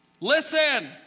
Listen